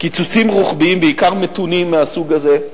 קיצוצים רוחביים, בעיקר מתונים מהסוג הזה,